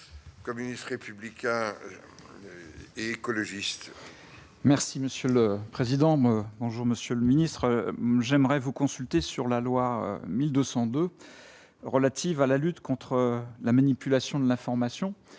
Communiste républicain et écologiste. Merci monsieur le président me bonjour monsieur le ministre, j'aimerais vous consulter sur la loi 1200 de relative à la lutte contre la manipulation de l'information,